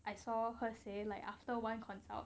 I saw her say like after one consult